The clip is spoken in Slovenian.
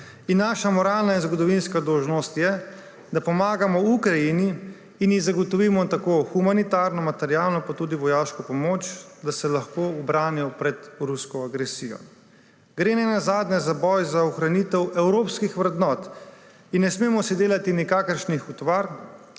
je. Naša moralna in zgodovinska dolžnost je, da pomagamo Ukrajini in ji zagotovimo tako humanitarno, materialno kot tudi vojaško pomoč, da se lahko ubranijo pred rusko agresijo. Gre ne nazadnje za boj za ohranitev evropskih vrednot. Ne smemo si delati nikakršnih utvar,